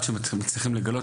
אנחנו לא מצליחים לגלות.